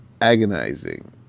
agonizing